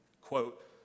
quote